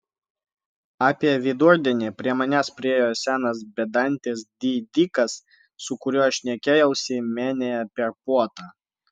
apie vidurdienį prie manęs priėjo senas bedantis didikas su kuriuo šnekėjausi menėje per puotą